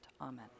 Amen